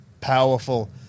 powerful